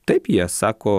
taip jie sako